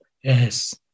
Yes